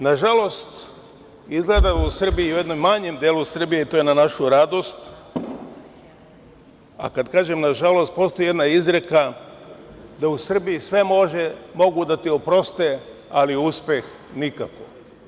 Nažalost, izgleda da u Srbiji, u jednom manjem delu Srbije i to je na našu radost, a kad kažem nažalost, postoji jedna izreka da u Srbiji sve mogu da ti oproste, ali uspeh nikako.